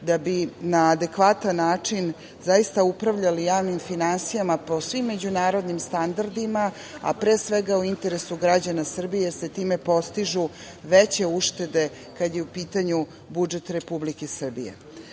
da bi na adekvatan način zaista upravljali javnim finansijama po svim međunarodnim standardima, a pre svega, u interesu građana Srbije, jer se time postižu veće uštede, kad je u pitanju budžet Republike